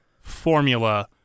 formula